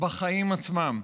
בחיים עצמם.